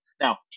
Now